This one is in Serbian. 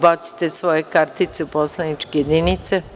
Ubacite svoje kartice u poslaničke jedinice.